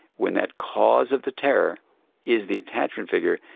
when that cause of the terror is the attachment figure,